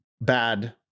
bad